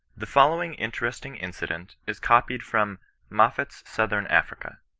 the following interesting incident is copied from moffat's southern africa.